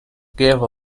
cave